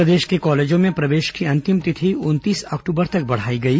प्रदेश के कॉलेजों में प्रवेश की अंतिम तिथि उनतीस अक्टूबर तक बढ़ाई गई